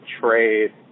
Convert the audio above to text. trade